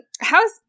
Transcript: how's